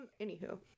Anywho